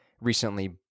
recently